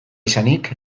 izanik